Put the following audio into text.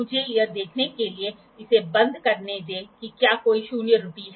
मुझे यह देखने के लिए इसे बंद करने दें कि क्या कोई शून्य त्रुटि है